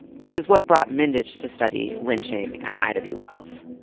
which is what brought mindich to study lynching and ida b. wells.